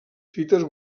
fites